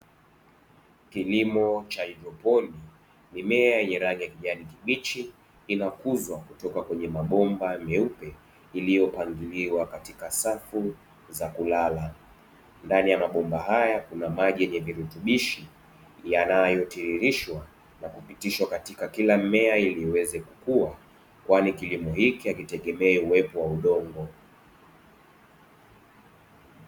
Kilimo cha haidroponi mimea yenye ya rangi ya kijani kibichi, inakuzwa kutoka kwenye mabomba meupe yaliyopangiiliwa katika safu za kulala ndani ya mabomba haya kuna maji yenye virutubishi yanayotiririshwa na kupitishwa katika kila mmea ili uweze kukua kwani kilimo hiki hakitegemei uwepo wa udongo.